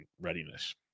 readiness